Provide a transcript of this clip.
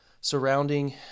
surrounding